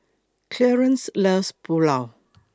Clearence loves Pulao